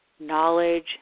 knowledge